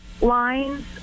lines